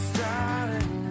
Starting